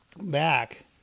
back